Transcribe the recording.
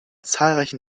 zahlreichen